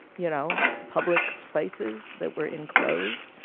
you know, public places that were enclosed.